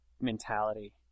mentality